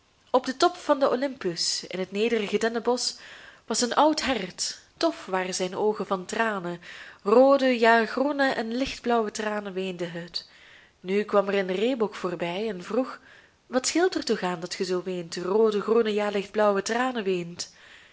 op den top van den olympus in het nederige dennenbosch was een oud hert dof waren zijn oogen van tranen roode ja groene en lichtblauwe tranen weende het nu kwam er een reebok voorbij en vroeg wat scheelt er toch aan dat ge zoo weent roode groene ja lichtblauwe tranen weent